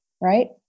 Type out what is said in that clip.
right